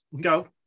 go